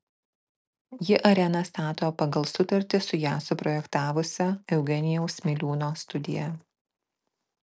ji areną stato pagal sutartį su ją projektavusia eugenijaus miliūno studija